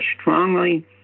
strongly